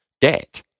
debt